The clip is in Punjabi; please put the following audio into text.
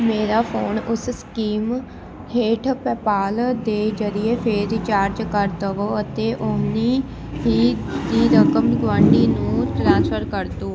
ਮੇਰਾ ਫੋਨ ਉਸ ਸਕੀਮ ਹੇਠ ਪੈਪਾਲ ਦੇ ਜ਼ਰੀਏ ਫਿਰ ਰਿਚਾਰਜ ਕਰ ਦੇਵੋ ਅਤੇ ਓਨੀ ਹੀ ਦੀ ਰਕਮ ਗੁਆਂਢੀ ਨੂੰ ਟ੍ਰਾਂਸਫਰ ਕਰ ਦਿਉ